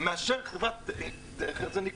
מאשר חברת דרך ארץ,